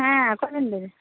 ᱦᱮᱸ ᱚᱠᱚᱭ ᱵᱮᱱ ᱞᱟᱹᱭᱮᱫᱟ